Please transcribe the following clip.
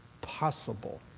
possible